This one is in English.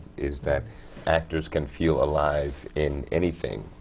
is that actors can feel alive in anything,